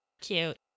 Cute